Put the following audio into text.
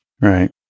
Right